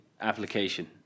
application